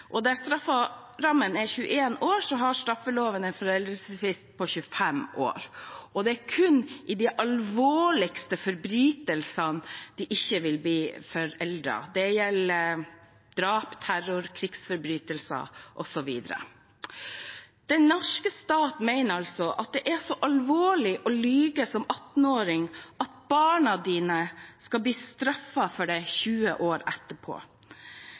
og der strafferammen er 21 år, har straffeloven en foreldelsesfrist på 25 år. Det er kun i forbindelse med de alvorligste forbrytelsene sakene ikke vil bli foreldet. Det gjelder drap, terror, krigsforbrytelser osv. Den norske stat mener altså at det er så alvorlig å lyve som 18-åring at barna dine skal bli straffet for det 20 år etterpå.